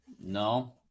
No